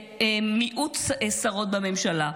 ומיעוט שרות בממשלה.